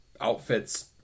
outfits